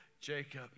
Jacob